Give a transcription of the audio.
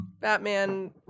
Batman